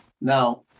Now